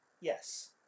Yes